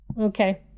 Okay